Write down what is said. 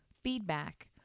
feedback